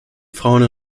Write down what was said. frauen